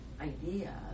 idea